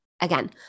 again